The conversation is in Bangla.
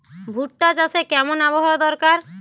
ভুট্টা চাষে কেমন আবহাওয়া দরকার?